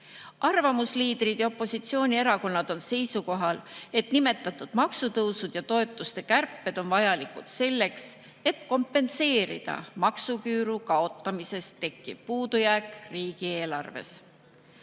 Arvamusliidrid ja opositsioonierakonnad on seisukohal, et nimetatud maksutõusud ja toetuste kärped on vajalikud selleks, et kompenseerida maksuküüru kaotamisest tekkiv puudujääk riigieelarves.